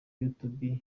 youtube